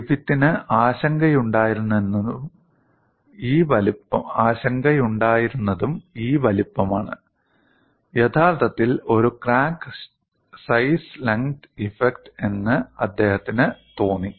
ഗ്രിഫിത്തിന് ആശങ്കയുണ്ടായിരുന്നതും ഈ വലുപ്പമാണ് യഥാർത്ഥത്തിൽ ഒരു ക്രാക്ക് സൈസ് ലെങ്ത് ഇഫക്റ്റ് എന്ന് അദ്ദേഹത്തിന് തോന്നി